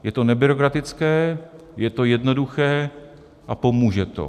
Je to nebyrokratické, je to jednoduché a pomůže to.